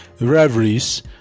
reveries